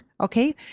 okay